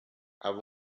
have